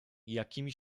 jakimi